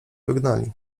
wygnali